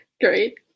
Great